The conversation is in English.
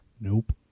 Nope